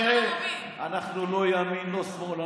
לכן אני אומר לך, אתה עכשיו גוזל את הזמן שלי.